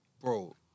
bro